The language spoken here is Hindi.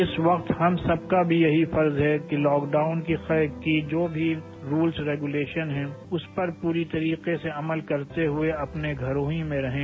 इस वक्त हम सबका भी यही फर्ज है कि लॉकडाउन के जो भी रूल्स रेगूलेशंस हैं उस पर पूरे तरीके से अमल करते हुए अपने घरों में ही रहें